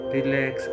Relax